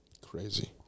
Crazy